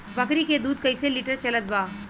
बकरी के दूध कइसे लिटर चलत बा?